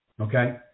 okay